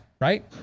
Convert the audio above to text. right